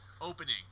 Opening